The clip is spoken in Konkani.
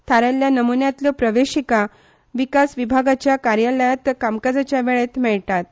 थारायिल्ल्या नमुन्यातल्यो प्रवेशिका विकास विभागाच्या कार्यालयांत कामकाजाच्या वेळांत मेळटात